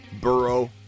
Burrow